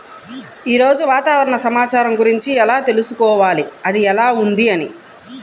ఈరోజు వాతావరణ సమాచారం గురించి ఎలా తెలుసుకోవాలి అది ఎలా ఉంది అని?